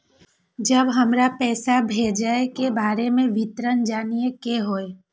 जब हमरा पैसा भेजय के बारे में विवरण जानय के होय?